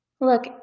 Look